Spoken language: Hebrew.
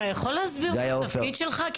אתה יכול להסביר את התפקיד שלך?